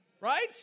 Right